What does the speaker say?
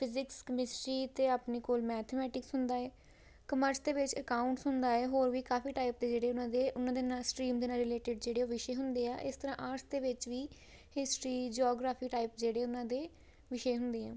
physics chemistry ਅਤੇ ਆਪਣੇ ਕੋਲ ਮੈਥਮੈਟਿਕਸ ਹੁੰਦਾ ਹੈ ਕਮਰਸ ਦੇ ਵਿੱਚ ਅਕਾਊਂਟਸ ਹੁੰਦਾ ਹੈ ਹੋਰ ਵੀ ਕਾਫੀ ਟਾਈਪ ਦੇ ਜਿਹੜੇ ਉਨ੍ਹਾਂ ਦੇ ਉਨ੍ਹਾਂ ਦੇ ਨਾਲ ਸਟਰੀਮ ਦੇ ਨਾਲ ਰਿਲੇਟਡ ਜਿਹੜੇ ਉਹ ਵਿਸ਼ੇ ਹੁੰਦੇ ਆ ਇਸ ਤਰ੍ਹਾਂ ਆਰਟਸ ਦੇ ਵਿੱਚ ਵੀ ਹਿਸਟਰੀ ਜੋਗਰਾਫੀ ਟਾਈਪ ਜਿਹੜੇ ਉਨ੍ਹਾਂ ਦੇ ਵਿਸ਼ੇ ਹੁੰਦੇ ਆ